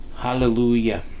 hallelujah